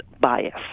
bias